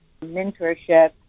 mentorship